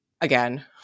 again